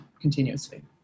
continuously